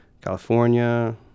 California